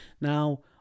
Now